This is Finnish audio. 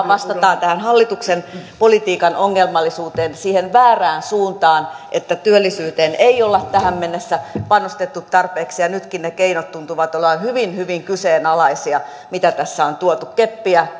vastataan tähän hallituksen politiikan ongelmallisuuteen siihen väärään suuntaan että työllisyyteen ei olla tähän mennessä panostettu tarpeeksi nytkin ne keinot tuntuvat olevan hyvin hyvin kyseenalaisia mitä tässä on tuotu työttömille keppiä